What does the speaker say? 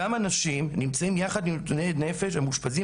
אותם אנשים נמצאים יחד עם מתמודדי נפש ומאושפזים